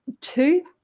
two